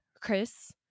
Chris